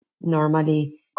normally